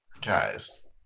Guys